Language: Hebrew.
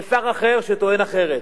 ושר אחר שטוען אחרת.